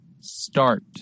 Start